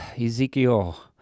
Ezekiel